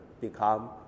become